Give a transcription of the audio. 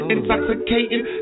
Intoxicating